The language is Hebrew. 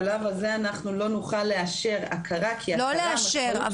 בשלב הזה אנחנו לא נוכל לאשר הכרה כי --- לא לאשר.